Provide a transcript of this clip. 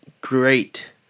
great